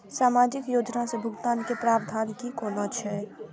सामाजिक योजना से भुगतान के प्रावधान की कोना छै?